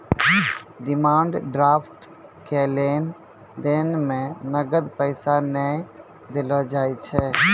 demand draft के लेन देन मे नगद पैसा नै देलो जाय छै